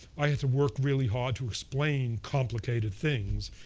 i had to work really hard to explain complicated things.